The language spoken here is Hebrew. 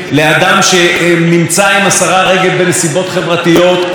הדבר הזה הוא כבר הרבה מעבר לפגיעה בקולנוע עצמו.